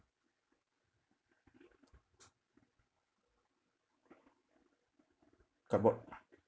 cardboard